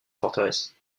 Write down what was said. forteresse